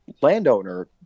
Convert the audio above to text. landowner